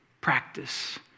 Practice